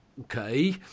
Okay